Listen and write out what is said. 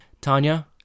Tanya